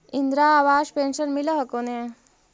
इन्द्रा आवास पेन्शन मिल हको ने?